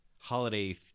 holiday